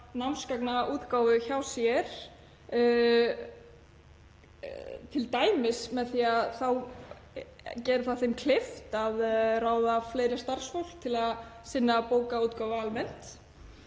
námsgagnaútgáfu hjá sér, t.d. með því að gera þeim kleift að ráða fleira starfsfólk til að sinna bókaútgáfu almennt.